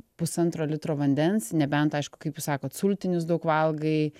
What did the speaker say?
pusantro litro vandens nebent aišku kaip jūs sakot sultinius daug valgai